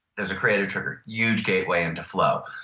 there's a creative trigger, huge gateway into flow.